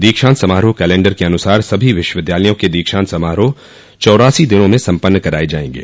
दीक्षांत समारोह कैलेण्डर के अनुसार सभी विश्वविद्यालयों के दीक्षांत समारोह चौरासी दिनों में सम्पन्न कराये जायेंगे